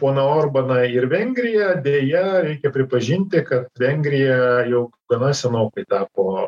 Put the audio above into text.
poną orbaną ir vengriją deja reikia pripažinti kad vengrija jau gana senokai tapo